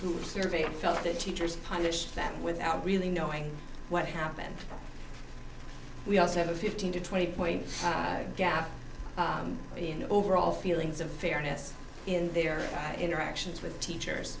were surveyed felt that teachers punished them without really knowing what happened we also have a fifteen to twenty point gap in the overall feelings of fairness in their interactions with teachers